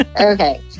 Okay